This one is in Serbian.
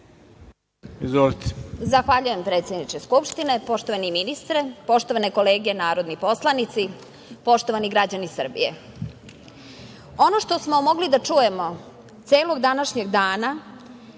Zahvaljujem predsedniče Skupštine. Poštovani ministre, poštovane kolege narodni poslanici, poštovani građani Srbije, ono što smo mogli da čujemo celog današnjeg dana